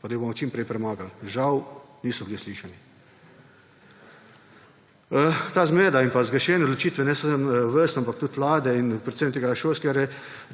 pa da jo bomo čim prej premagali. Žal niso bili uslišani. Ta zmeda in zgrešene odločitve ne samo vas, ampak tudi vlade, predvsem tega šolskega